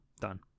done